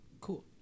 cool